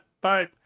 Bye